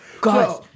Guys